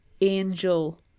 Angel